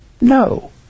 no